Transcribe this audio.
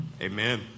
Amen